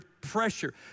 pressure